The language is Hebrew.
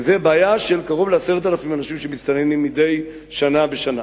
וזו בעיה של קרוב ל-10,000 אנשים שמסתננים מדי שנה בשנה.